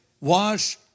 wash